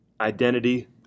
identity